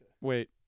Wait